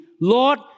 Lord